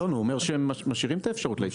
אלון, הוא אומר שהם משאירים את האפשרות להתאחדות.